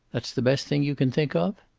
that's the best thing you can think of?